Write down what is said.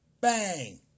bang